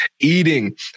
eating